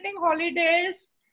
holidays